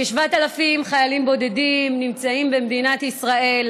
כ-7,000 חיילים בודדים נמצאים במדינת ישראל.